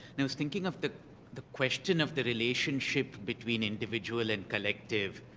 and i was thinking of the the question of the relationship between individual and collective,